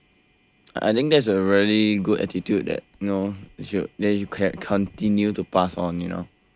I think that's a really good attitude that you know that you should can continue to pass on you know like